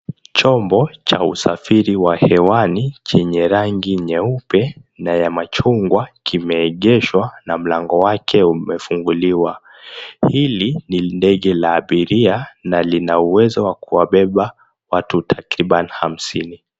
Chombo cha usafiri hewani kenye rangi nyeupe na ya machungwa kimeegeshwa na mlango wake umefunguliwa, hili ni lindege la abiria na lina uwezo wa kubeba watu takriban hasmini.